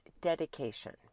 dedication